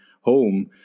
home